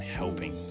helping